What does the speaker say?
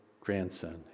grandson